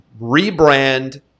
rebrand